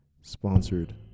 Sponsored